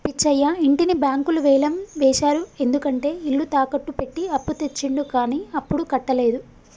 పిచ్చయ్య ఇంటిని బ్యాంకులు వేలం వేశారు ఎందుకంటే ఇల్లు తాకట్టు పెట్టి అప్పు తెచ్చిండు కానీ అప్పుడు కట్టలేదు